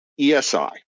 ESI